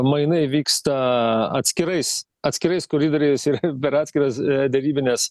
mainai vyksta atskirais atskirais koridoriais ir per atskiras derybines